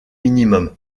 minimum